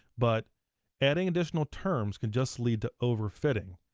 but adding additional terms can just lead to overfitting.